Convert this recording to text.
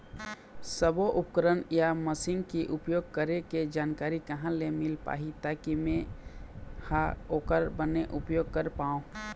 सब्बो उपकरण या मशीन के उपयोग करें के जानकारी कहा ले मील पाही ताकि मे हा ओकर बने उपयोग कर पाओ?